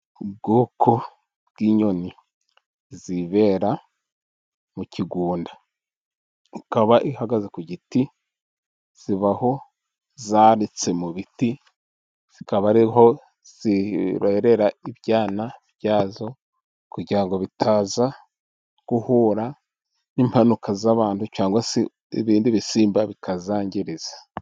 Ubwoko bw'inyoni zibera mu kigunda. Ikaba ihagaze ku giti. Zibaho zaritse mu biti zikaba ariho zirerera ibyana byazo, kugira ngo bitaza guhura n'impanuka z'abantu cyangwa se ibindi bisimba bikazangiriza.